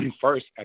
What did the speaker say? first